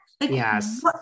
Yes